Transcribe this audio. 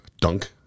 dunk